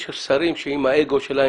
יש שרים שעם האגו שלהם,